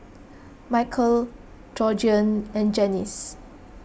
Michale Georgeann and Janyce